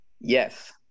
Yes